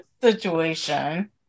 situation